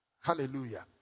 Hallelujah